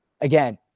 Again